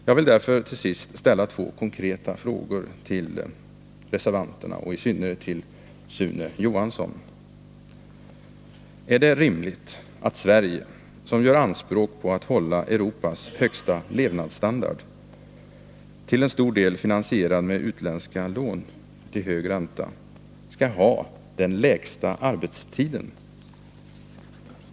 Jag vill därför till sist ställa två konkreta frågor till reservanterna och i synnerhet till Sune Johansson: För det första: Är det rimligt att Sverige, som gör anspråk på att hålla Europas högsta levnadsstandard — till stor del finansierad med utländska lån med hög ränta — skall ha den lägsta arbetstiden?